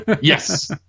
yes